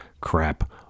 crap